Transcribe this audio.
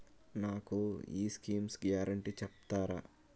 నాకు ఈ schemes guarantee చెప్తారా?